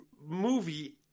movie